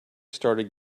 started